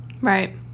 Right